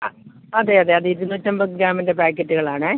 ആ അതെ അതെ അത് ഇരുന്നൂറ്റൻപത് ഗ്രാമിൻ്റെ പായ്ക്കറ്റുകളാണ്